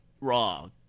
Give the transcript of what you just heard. raw